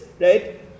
Right